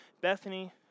Bethany